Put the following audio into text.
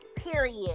period